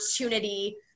opportunity